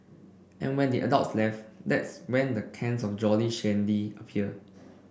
and when the adults left that's when the cans of Jolly Shandy appear